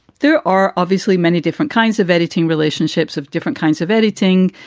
there are obviously many different kinds of editing relationships of different kinds of editing.